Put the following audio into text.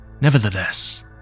Nevertheless